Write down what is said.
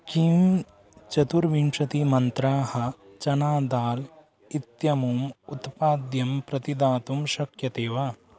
किं चतुर्विंशतिमन्त्राः चना दाल् इत्यमुम् उत्पाद्यं प्रतिदातुं शक्यते वा